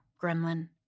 gremlin